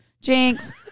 Jinx